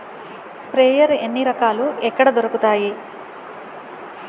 Sprayer ఎన్ని రకాలు? ఎక్కడ దొరుకుతాయి?